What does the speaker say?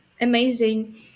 amazing